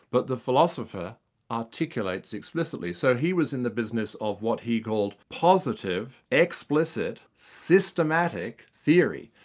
but the philosopher articulates explicitly. so he was in the business of what he called positive, explicit, systematic, theory.